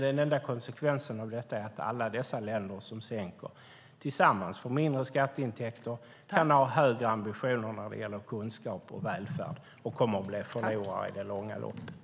Den enda konsekvensen av detta är nämligen att alla dessa länder som sänker tillsammans får mindre skatteintäkter, inte kan ha högre ambitioner när det gäller kunskap och välfärd och kommer att bli förlorare i det långa loppet.